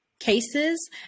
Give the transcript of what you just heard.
cases